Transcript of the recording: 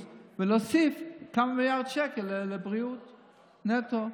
ולהוסיף כמה מיליארדי שקלים לבריאות נטו.